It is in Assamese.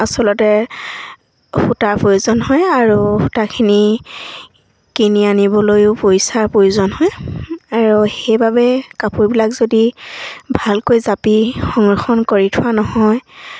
আচলতে সূতাৰ প্ৰয়োজন হয় আৰু সূতাখিনি কিনি আনিবলৈয়ো পইচাৰ প্ৰয়োজন হয় আৰু সেইবাবে কাপোৰবিলাক যদি ভালকৈ জাপি সংৰক্ষণ কৰি থোৱা নহয়